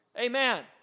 Amen